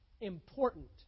important